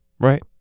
right